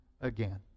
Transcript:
again